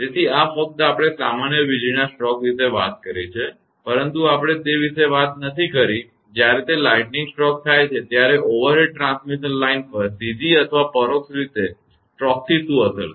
તેથી આ ફક્ત આપણે સામાન્ય વીજળીના સ્ટ્રોક વિશે વાત કરી છે પરંતુ આપણે તે વિશે વાત કરી નથી જ્યારે તે લાઈટનિંગ સ્ટ્રોક થાય છે ત્યારે ઓવરહેડ ટ્રાન્સમિશન લાઇન પર સીધી અથવા પરોક્ષ રીતે સ્ટ્રોકથી શું થાય છે